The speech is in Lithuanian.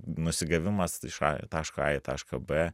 nusigavimas iš a taško a į tašką b